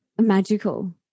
magical